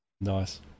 nice